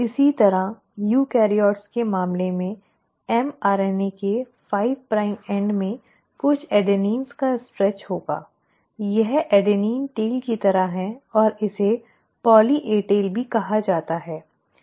इसी तरह यूकेरियोट्स के मामले में mRNA के 3 प्राइम एंड में कुछ एडेनाइन का स्ट्रेच होगा यह एडेनिन टेल की तरह है और इसे पॉली ए टेल भी कहा जाता है